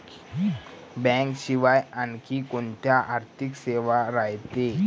बँकेशिवाय आनखी कोंत्या आर्थिक सेवा रायते?